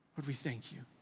lord, we thank you